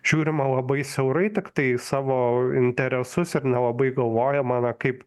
žiūrima labai siaurai tiktai savo interesus ir nelabai galvojama na kaip